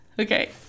okay